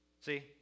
See